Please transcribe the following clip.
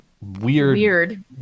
weird